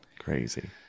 crazy